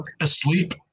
asleep